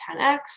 10x